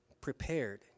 prepared